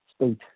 state